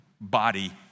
body